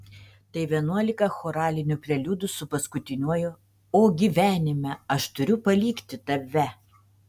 tai vienuolika choralinių preliudų su paskutiniuoju o gyvenime aš turiu palikti tave